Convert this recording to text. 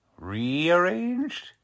Rearranged